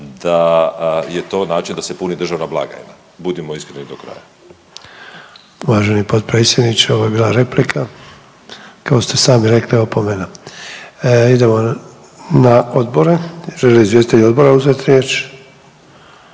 da je to način da se puni državna blagajna, budimo iskreni do kraja. **Sanader, Ante (HDZ)** Uvaženi potpredsjedniče ovo je bila replika, kako ste sami rekli opomena. Idemo na odbore. Žele li izvjestitelji odbora uzeti riječ?